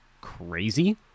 crazy